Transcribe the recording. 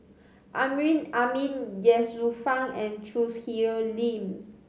Amrin Amin Ye Shufang and Choo Hwee Lim